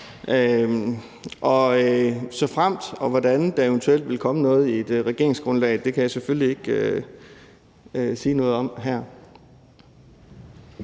Om og hvordan der eventuelt vil komme noget i et regeringsgrundlag, kan jeg selvfølgelig ikke sige noget om her.